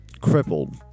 crippled